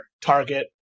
Target